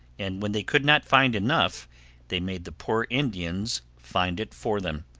and when they could not find enough they made the poor indians find it for them.